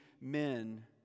men